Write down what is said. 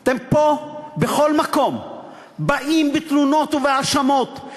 אתם פה בכל מקום באים בתלונות ובהאשמות.